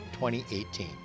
2018